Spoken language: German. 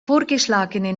vorgeschlagene